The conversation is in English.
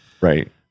Right